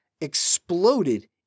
exploded